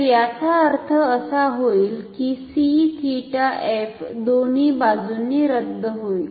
तर याचा अर्थ असा होईल की c 𝜃f दोन्ही बाजूंनी रद्द होईल